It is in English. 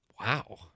Wow